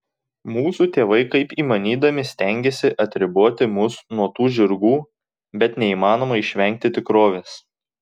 mūsų tėvai kaip įmanydami stengėsi atriboti mus nuo tų žirgų bet neįmanoma išvengti tikrovės